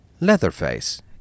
Leatherface